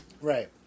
Right